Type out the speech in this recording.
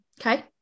okay